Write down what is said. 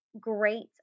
great